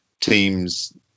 teams